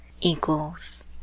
equals